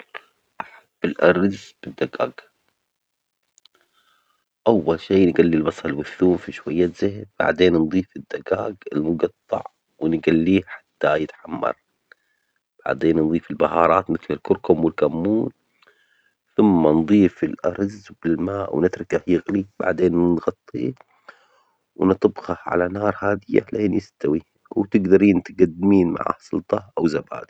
أحب الأرز بالدجاج، أول شي نجلي البصل والثوم في شوية زيت، بعدين نضيف الدجاج المجطع ونقجيه حتى يتحمر، بعدين نضيف البهارات مثل الكركم والكمون، ثم نضيف الأرز للماء ونتركه يغلي، وبعدين نغطيه ونطبخه على نار هادئة لين يستوي، وتجدري تجدميه مع سلطة أو زبادي.